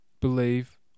believe